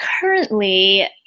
currently